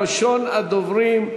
ראשון הדוברים,